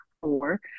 four